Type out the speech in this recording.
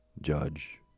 judge